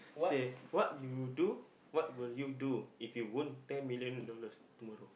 say what you do what will you do if you won ten million dollars tomorrow